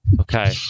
Okay